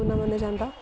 अन्नपूर्णा मन्नेआ जांदा